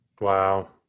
Wow